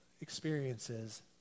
experiences